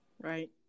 right